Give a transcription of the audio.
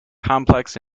complex